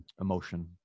emotion